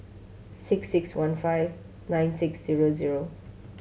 six six one five nine six zero zero